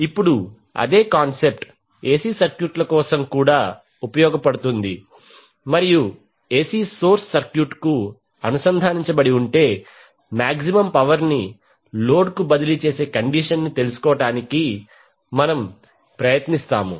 ఇప్పుడు అదే concept AC సర్క్యూట్ల కోసం కూడా ఉపయోగపడుతుంది మరియు AC సోర్స్ సర్క్యూట్కు అనుసంధానించబడి ఉంటే మాక్సిమం పవర్ ని లోడ్కు బదిలీ చేసే కండిషన్ ని తెలుసుకోవడానికి మనము ప్రయత్నిస్తాము